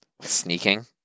Sneaking